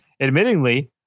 admittingly